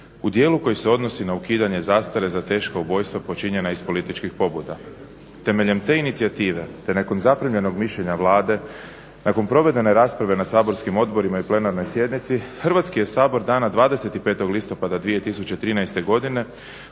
u dijelu koji se odnosi na ukidanje zastare za teška ubojstva počinjena iz političkih pobuda. Temeljem te inicijative te nakon zaprimljenog mišljenja Vlade, nakon provedene rasprave na saborskim odborima i plenarnoj sjednici Hrvatski je sabor dana 25.listopada 2013.godine